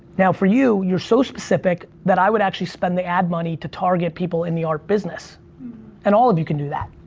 now, for you, you're so specific that i would actually spend the ad money to target people in the art business and all of you can do that.